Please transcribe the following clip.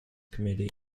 committee